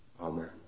Amen